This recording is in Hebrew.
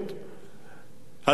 אתה דמיינת לעצמך,